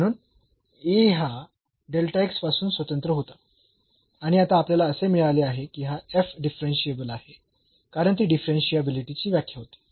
म्हणून A हा पासून स्वतंत्र होता आणि आता आपल्याला असे मिळाले आहे की हा डिफरन्शियेबल आहे कारण ती डिफरन्शियाबिलिटी ची व्याख्या होती